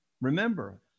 remember